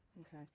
Okay